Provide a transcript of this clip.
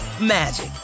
magic